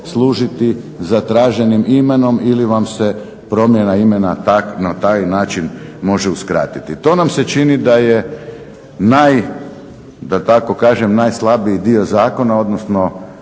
služiti zatraženim imenom ili vam se promjena imena na taj način može uskratiti. To nam se čini da je naj, da tako kažem,